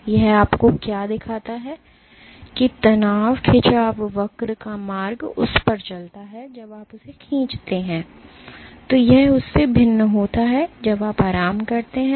तो यह आपको क्या दिखाता है कि तनाव खिंचाव वक्र का मार्ग उस पर चलता है जब आप इसे खींचते हैं तो यह उस से भिन्न होता है जब आप आराम करते हैं